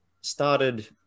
started